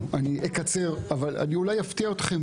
אקצר אבל אולי אפתיע אתכם.